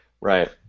Right